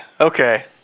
Okay